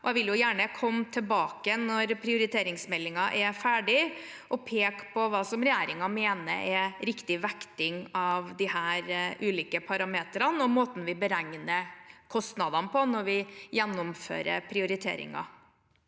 Jeg vil gjerne komme tilbake når prioriteringsmeldingen er ferdig, og peke på hva regjeringen mener er riktig vekting av disse ulike parameterne og måten vi beregner kostnadene på når vi gjennomfører prioriteringer.